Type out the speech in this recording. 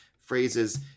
phrases